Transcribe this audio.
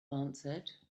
answered